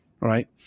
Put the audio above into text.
right